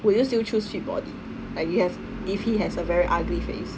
will you still choose fit body like you feel if he has a very ugly face